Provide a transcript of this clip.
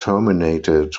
terminated